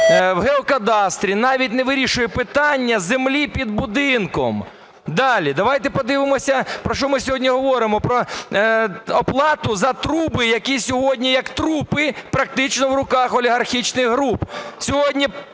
в Геокадастрі навіть не вирішує питання землі під будинком. Далі. Давайте подивимося, про що ми сьогодні говоримо – про оплату за труби, які сьогодні як трупи практично в руках олігархічних груп.